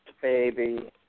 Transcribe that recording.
baby